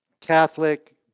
Catholic